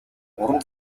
уран